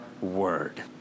word